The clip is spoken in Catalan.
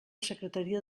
secretaria